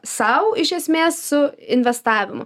sau iš esmės su investavimu